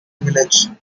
village